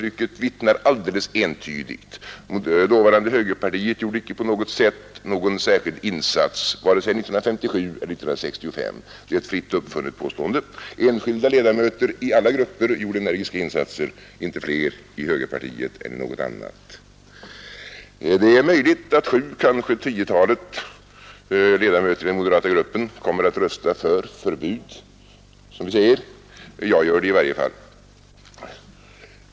Riksdagstrycket vittnar helt entydigt. Dåvarande högerpartiet gjorde icke på något sätt någon särskild insats, vare sig 1957 eller 1965. Det är ett fritt uppfunnet påstående. Enskilda ledamöter i alla grupper gjorde energiska insatser, inte fler i högerpartiet än i något annat parti. Det är möjligt att sju, kanske tiotalet ledamöter i moderata gruppen kommer att rösta för förbud, som det sägs. Jag gör det i varje fall.